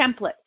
template